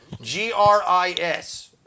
G-R-I-S